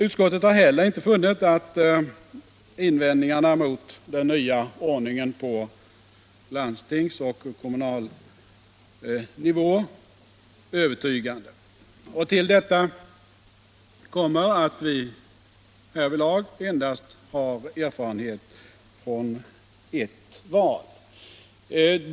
Utskottet har inte heller funnit invändningarna mot den nya ordningen på landstingsnivå och kommunal nivå övertygande. Till detta kommer att vi härvidlag endast har erfarenheter från ert val.